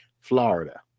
Florida